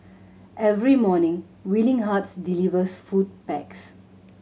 every morning Willing Hearts delivers food packs